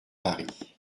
paris